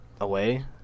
away